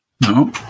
No